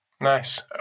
Nice